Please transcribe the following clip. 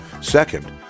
Second